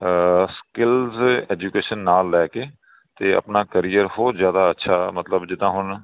skills education ਨਾਲ ਲੈ ਕੇ ਅਤੇ ਆਪਣਾ ਕਰੀਅਰ ਹੋਰ ਜ਼ਿਆਦਾ ਅੱਛਾ ਮਤਲਬ ਜਿੱਦਾਂ ਹੁਣ